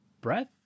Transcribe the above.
breath